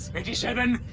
eighty seven.